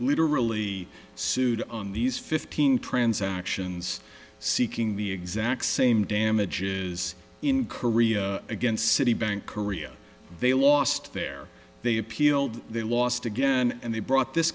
literally sued on these fifteen transactions seeking the exact same damages in korea against citibank korea they lost their they appealed they lost again and they brought this